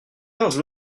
quinze